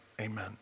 Amen